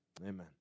amen